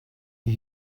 you